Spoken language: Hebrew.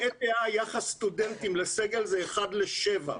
ב-ETH יחס סטודנטים לסגל זה אחד לשבעה,